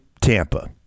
tampa